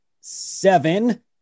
seven